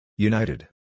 United